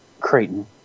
Creighton